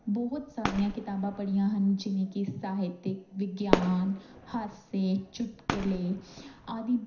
ਬਹੁਤ ਸਾਰੀਆਂ ਕਿਤਾਬਾਂ ਪੜ੍ਹੀਆਂ ਹਨ ਜਿਵੇਂ ਕਿ ਸਾਹਿਤਿਕ ਵਿਗਿਆਨ ਹਾਸੇ ਚੁਟਕਲੇ ਆਦਿ